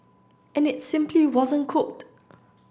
and it simply wasn't cooked